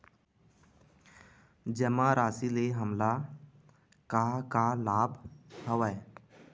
जमा राशि ले हमला का का लाभ हवय?